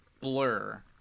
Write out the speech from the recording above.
blur